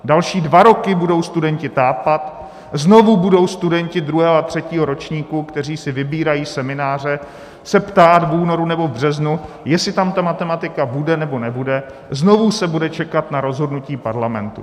Další dva roky budou studenti tápat, znovu se budou studenti druhého a třetího ročníku, kteří si vybírají semináře, ptát v únoru nebo březnu, jestli tam ta matematika bude, nebo nebude, znovu se bude čekat na rozhodnutí Parlamentu.